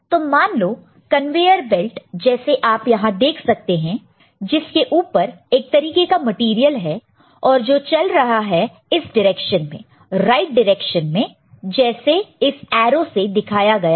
तो मान लो कन्वेयर बेल्ट जैसे आप यहां देख सकते हैं जिसके ऊपर एक तरीके का मटेरियल है और जो चल रहा है इस डिरेक्शॅन में राइट डिरेक्शॅन में जैसे इस एरो से दिखाया गया है